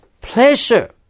pleasure